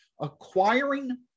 acquiring